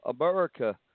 America